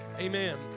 Amen